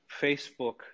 Facebook